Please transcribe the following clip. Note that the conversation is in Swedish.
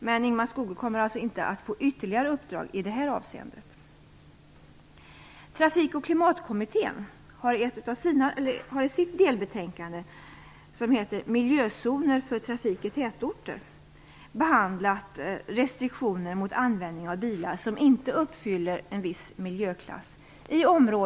Men Ingemar Skogö kommer alltså inte att få ytterligare uppdrag i detta avseende.